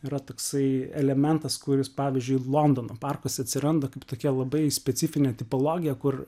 yra toksai elementas kuris pavyzdžiui londono parkuose atsiranda kaip tokia labai specifinė tipologija kur